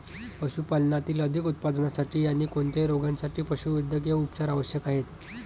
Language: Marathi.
पशुपालनातील अधिक उत्पादनासाठी आणी कोणत्याही रोगांसाठी पशुवैद्यकीय उपचार आवश्यक आहेत